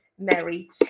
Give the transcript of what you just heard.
mary